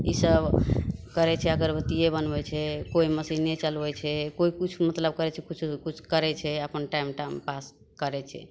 ईसब करय छै अगरबत्तीये बनबय छै कोइ मशीने चलबय छै कोइ किछु मतलब करय छै किछु ने किछु करय छै अपन टाइम टाइम पास करय छै